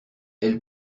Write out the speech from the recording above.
elle